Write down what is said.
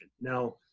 Now